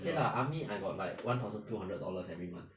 okay lah army I got like one thousand two hundred dollars every month